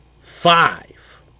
Five